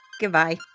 Goodbye